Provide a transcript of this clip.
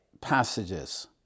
passages